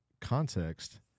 context